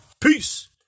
Peace